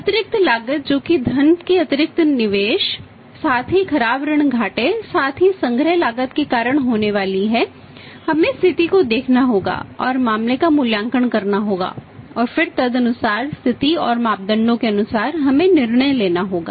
अतिरिक्त लागत जो कि धन के अतिरिक्त निवेश साथ ही खराब ऋण घाटे साथ ही संग्रह लागत के कारण होने वाली है हमें स्थिति को देखना होगा और मामले का मूल्यांकन करना होगा और फिर तदनुसार स्थिति और मापदंडों के अनुसार हमें निर्णय लेना होगा